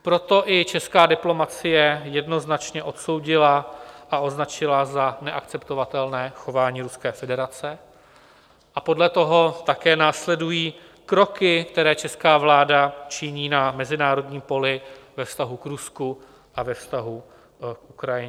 Proto i česká diplomacie jednoznačně odsoudila a označila za neakceptovatelné chování Ruské federace a podle toho také následují kroky, které česká vláda činí na mezinárodním poli ve vztahu k Rusku a ve vztahu k Ukrajině.